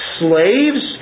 slaves